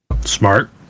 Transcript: Smart